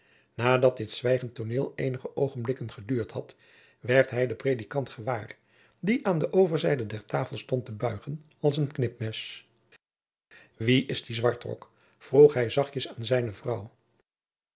nadat dit zwijgend tooneel eenige oogenblikken geduurd had werd hij den predikant gewaar die aan de overzijde der tafel stond te buigen als een knipmes wie is die zwartrok vroeg hij zachtjens aan zijne vrouw